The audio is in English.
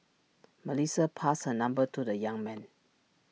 Melissa passed her number to the young man